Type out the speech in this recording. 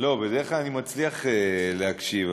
בדרך כלל אני מצליח להקשיב,